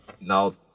now